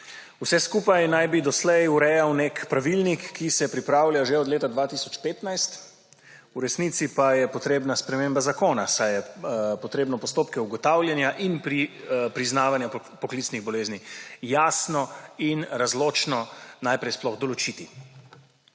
Vse skupaj naj bi doslej urejal nek pravilnik, ki se pripravlja že od leta 2015, v resnici pa je potrebna sprememba zakona, saj je potrebno postopke ugotavljanja in priznavanja poklicnih bolezni jasno in razločno najprej sploh določiti.